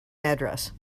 address